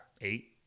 Eight